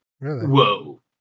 whoa